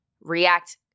react